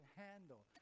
handle